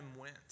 went